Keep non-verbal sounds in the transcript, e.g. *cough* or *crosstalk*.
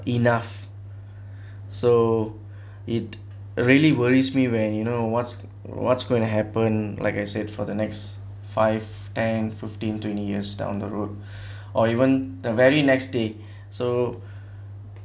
enough so it really worries me when you know what's what's going to happen like I said for the next five ten fifteen twenty years down the road *breath* or even the very next day so